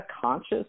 conscious